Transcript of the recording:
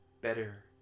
Better